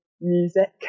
music